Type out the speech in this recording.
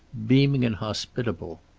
beaming and hospitable.